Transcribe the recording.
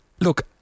Look